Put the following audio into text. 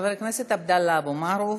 חבר הכנסת עבדאללה אבו מערוף,